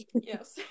Yes